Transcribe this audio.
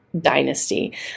Dynasty